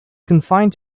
confined